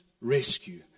rescue